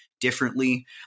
differently